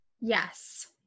Yes